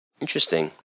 Interesting